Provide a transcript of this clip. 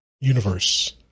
universe